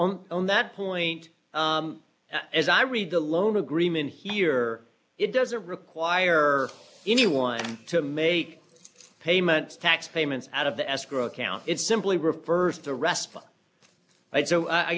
council on that point as i read the loan agreement here it doesn't require anyone to make payments tax payments out of the escrow account it simply refers to rest from it so i